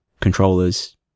controllers